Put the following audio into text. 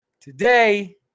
today